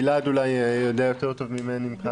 גלעד אולי יודע יותר טוב ממני.